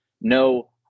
no